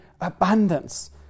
abundance